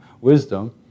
wisdom